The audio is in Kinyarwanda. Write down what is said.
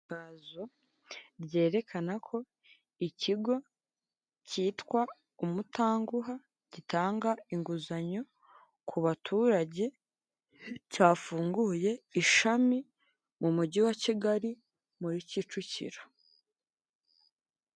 Itangazo ryerekana ko ikigo cyitwa Umutanguha gitanga inguzanyo ku baturage cyafunguye ishami mu mugi wa Kigari muri Kicukiro.